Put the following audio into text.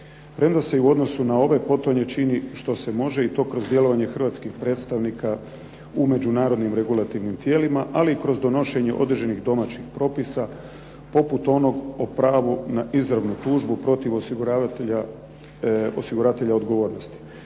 premda se i u odnosu na ove potonje čini što se može i to kroz djelovanje hrvatskih predstavnika u međunarodnim regulativnim tijelima ali i kroz donošenje određenih domaćih propisa poput onog o pravu na izravnu tužbu protiv osiguravatelja odgovornosti,